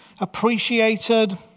appreciated